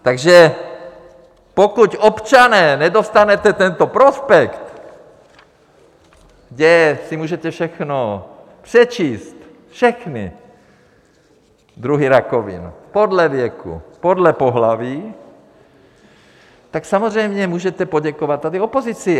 Takže pokud, občané, nedostanete tento prospekt , kde si můžete všechno přečíst, všechny druhy rakovin, podle věku, podle pohlaví, tak samozřejmě můžete poděkovat tady opozici.